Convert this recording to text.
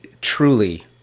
truly